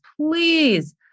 please